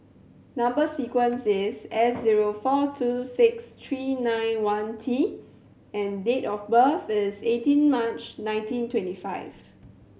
number sequence is S zero four two six three nine one T and date of birth is eighteen March nineteen twenty five